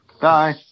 Bye